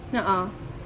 ah